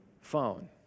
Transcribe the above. phone